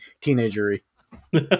teenager-y